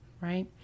Right